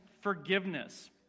forgiveness